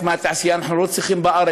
סגן שר האוצר הרב יצחק כהן,